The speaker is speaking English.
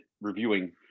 reviewing